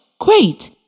Great